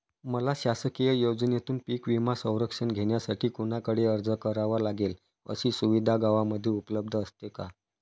मला शासकीय योजनेतून पीक विमा संरक्षण घेण्यासाठी कुणाकडे अर्ज करावा लागेल? अशी सुविधा गावामध्ये उपलब्ध असते का?